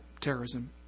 terrorism